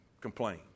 complain